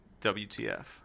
WTF